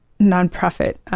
nonprofit